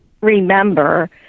remember